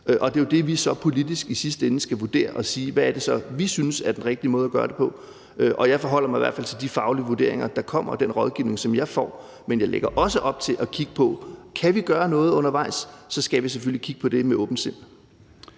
og det er jo det, vi så i sidste ende skal vurdere politisk og så sige, hvad det så er, vi synes er den rigtige måde at gøre det på. Og jeg forholder mig i hvert fald til de faglige vurderinger, der kommer, og den rådgivning, som jeg får, men jeg lægger også op til at kigge på, om vi kan gøre noget undervejs; så skal vi selvfølgelig kigge på det med åbent sind